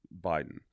Biden